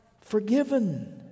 forgiven